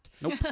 Nope